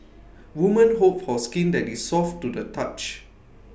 women hope for skin that is soft to the touch